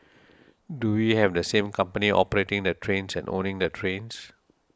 do we have the same company operating the trains and owning the trains